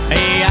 Hey